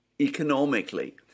economically